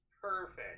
Perfect